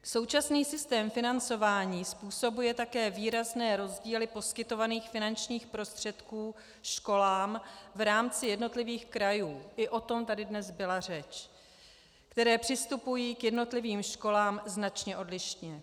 Současný systém financování způsobuje také výrazné rozdíly poskytovaných finančních prostředků školám v rámci jednotlivých krajů, i o tom tady dnes byla řeč, které přistupují k jednotlivým školám značně odlišně.